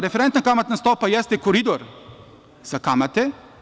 Referentna kamatna stopa jeste koridor za kamate.